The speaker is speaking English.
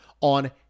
on